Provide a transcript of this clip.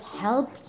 help